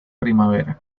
primavera